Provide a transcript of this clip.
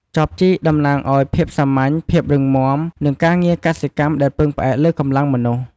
ចបជីកតំណាងឱ្យភាពសាមញ្ញ ភាពរឹងមាំ និងការងារកសិកម្មដែលពឹងផ្អែកលើកម្លាំងមនុស្ស។